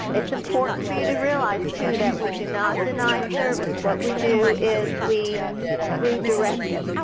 it is important for you to realize too that we do not deny service, what we do is we redirected.